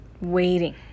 waiting